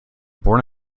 born